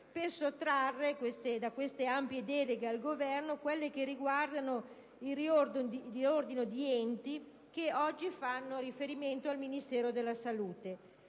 per sottrarre da queste ampie deleghe al Governo quelle che riguardano il riordino di enti che oggi fanno riferimento al Ministero della salute.